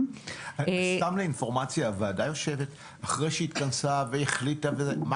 --- אחרי שהוועדה התכנסה והחליטה וכו',